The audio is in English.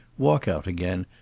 walk out again,